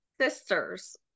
sisters